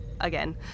again